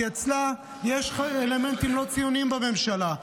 כי אצלה יש לך אלמנטים לא ציוניים בממשלה,